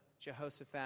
Jehoshaphat